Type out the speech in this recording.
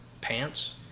pants